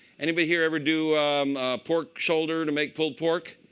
anybody here ever do pork shoulder to make pulled pork?